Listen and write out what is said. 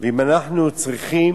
ואם אנחנו צריכים